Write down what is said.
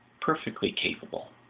perfectly capable.